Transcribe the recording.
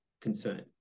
concern